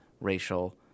racial